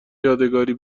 یادگاری